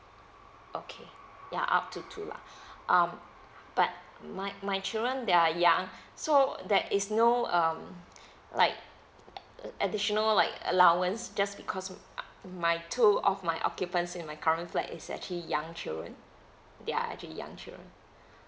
okay ya up to two lah um but my my children they are young so there is no um like uh additional like allowance just because uh my two of my occupants in my current flat is actually young children ya actually young children